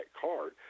card